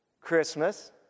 Christmas